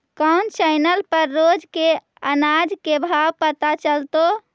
कोन चैनल पर रोज के अनाज के भाव पता चलतै?